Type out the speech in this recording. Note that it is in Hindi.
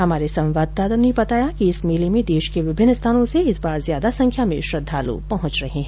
हमारे संवाददाता ने बताया कि इस मेले में देश के विभिन्न स्थानों से इस बार ज्यादा संख्या में श्रद्धालु पहुंच रहे हैं